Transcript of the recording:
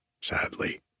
sadly